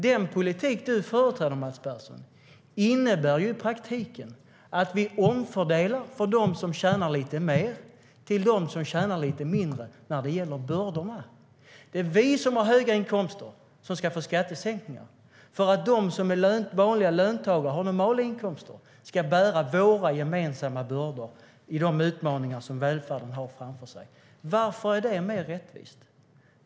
Den politik du företräder, Mats Persson, innebär i praktiken att vi omfördelar från dem som tjänar lite mer till dem som tjänar lite mindre när det gäller bördorna. Det är vi som har höga inkomster som ska få skattesänkningar för att de som är vanliga löntagare och har normala inkomster ska bära våra gemensamma bördor i de utmaningar som välfärden har framför sig. Varför är det mer rättvist?